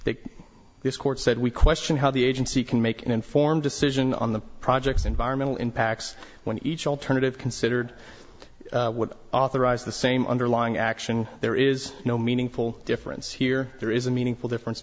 this court said we question how the agency can make an informed decision on the project's environmental impacts when each alternative considered would authorize the same underlying action there is no meaningful difference here there is a meaningful difference